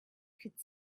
could